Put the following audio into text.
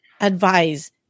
advise